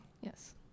Yes